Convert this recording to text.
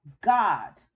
God